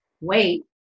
wait